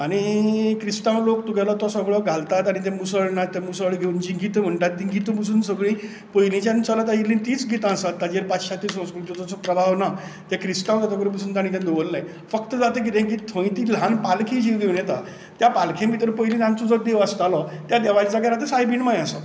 आनी क्रिस्तांव लोक तुगेलो तो सगळो घालतात आनी तो मुसळ नाच मुसळ घेवन जीं गितां म्हणटात तीं गितां पसून सगळीं तीच गितां आसात ताचेर पाश्चाती संस्कृतीचो प्रभाव ना ते क्रिस्तांव जातकच पसून ताणें तें दवरलें फक्त जाता कितें थंय जी ल्हान पालखी तीं घेवन येता त्या पालखे भितर पयलीं आमचो जो देव आसतालो त्या देवाच्या जाग्यार आतां सायबीण मांय आसा